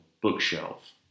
bookshelf